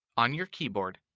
on your keyboard,